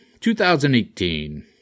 2018